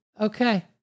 Okay